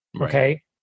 Okay